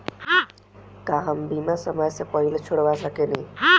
का हम बीमा समय से पहले छोड़वा सकेनी?